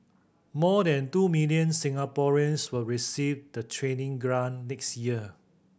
more than two million Singaporeans will receive the training grant next year